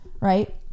Right